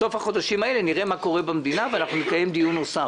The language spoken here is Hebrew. בסוף החודשים האלה נראה מה קורה במדינה ואז נקיים דיון נוסף.